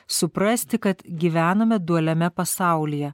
suprasti kad gyvename dualiame pasaulyje